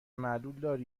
معلول